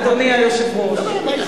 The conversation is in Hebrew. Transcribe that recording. אדוני היושב-ראש.